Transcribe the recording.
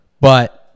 but-